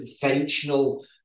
conventional